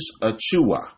Achua